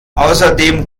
außerdem